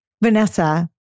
Vanessa